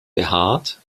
behaart